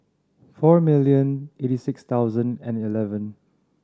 four million eighty six thousand and eleven